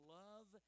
love